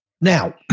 now